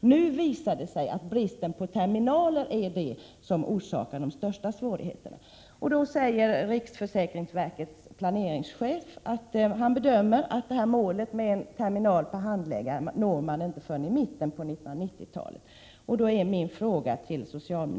Nu visar det sig att bristen på terminaler orsakar de största svårigheterna. Riksförsäkringsverkets planeringschef bedömer att målet en terminal per handläggare inte kan uppnås förrän i mitten av 1990-talet. I svaret står det att